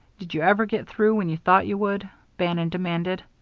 did you ever get through when you thought you would? bannon demanded.